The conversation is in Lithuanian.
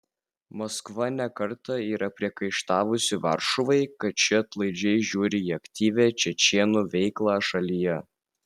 maskva ne kartą yra priekaištavusi varšuvai kad ši atlaidžiai žiūri į aktyvią čečėnų veiklą šalyje